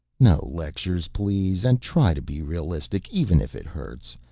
no lectures please, and try to be realistic even if it hurts.